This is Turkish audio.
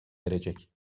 erecek